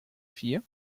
vier